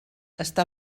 està